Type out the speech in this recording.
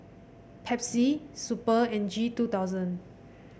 Pepsi Super and G two thousand